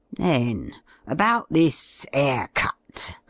then about this air-cut.